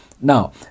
Now